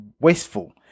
wasteful